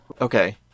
Okay